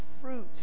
fruit